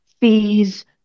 fees